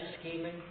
scheming